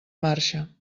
marxa